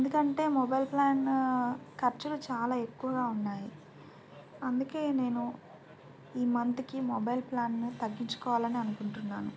ఎందుకంటే mobile plan ఖర్చులు చాలా ఎక్కువగా ఉన్నాయి అందుకే నేను ఈ మంత్కి మొబైల్ ప్లాన్ని తగ్గించుకోవాలని అనుకుంటున్నాను